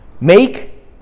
make